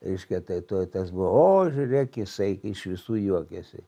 reiškia tai tuoj tas buvo o žiūrėk jisai iš visų juokiasi